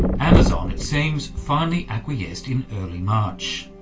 amazon, it seems, finally acquiesced in early march.